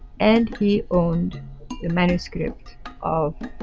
and he owned the manuscript of